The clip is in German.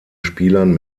spielern